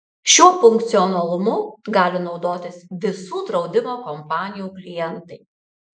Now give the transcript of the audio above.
šiuo funkcionalumu gali naudotis visų draudimo kompanijų klientai